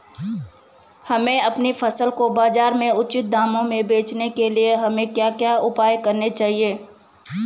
हमें अपनी फसल को बाज़ार में उचित दामों में बेचने के लिए हमें क्या क्या उपाय करने चाहिए?